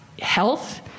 health